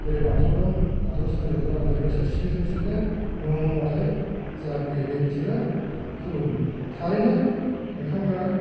ओरै बाथौ दं बाथौसालियावबो आं ओरैबो एसे सिखायदों बिसोरखौ म' म' होनबाथाय जा ग्रिदै बिसोरो खुलुमो थारैनो नोंथांमोनहा